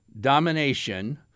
domination